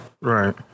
Right